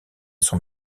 son